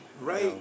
Right